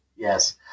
Yes